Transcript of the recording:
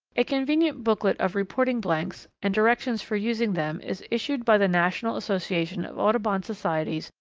a convenient booklet of reporting blanks and directions for using them is issued by the national association of audubon societies,